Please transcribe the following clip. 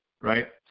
right